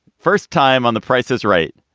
first time on the prices, right?